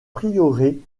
prieuré